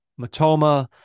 Matoma